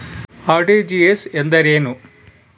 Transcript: RTGS ಎಂದರೇನು?